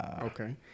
Okay